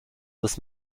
this